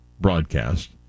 broadcast